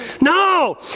No